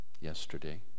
yesterday